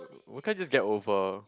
why can't just get over